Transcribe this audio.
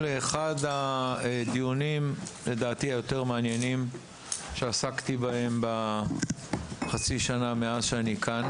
לאחד הדיונים היותר מעניינים שעסקתי בהם בחצי שנה שאני כאן.